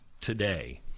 today